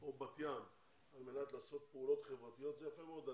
או בת ים על מנת לעשות פעולות חברתיות זה יפה מאוד,